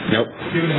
Nope